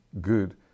good